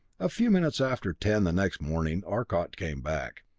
a few minutes after ten the next morning arcot came back,